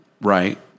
Right